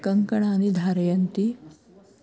कङ्कणानि धारयन्ति